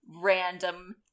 random